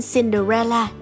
Cinderella